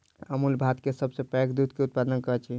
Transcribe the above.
अमूल भारत के सभ सॅ पैघ दूध के उत्पादक अछि